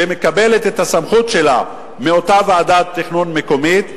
שמקבלת את הסמכות שלה מאותה ועדת תכנון מקומית.